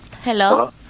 Hello